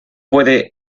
puede